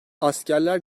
askerler